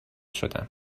شدم